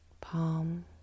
palm